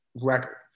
record